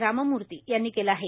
राममूर्ती यांनी केल आहे